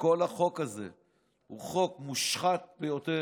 כל החוק הזה הוא חוק מושחת ביותר,